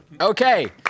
Okay